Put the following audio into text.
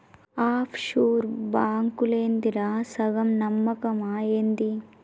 half sure బాంకులేందిరా, సగం నమ్మకమా ఏంది